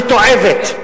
המתועבת,